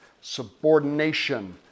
subordination